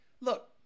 look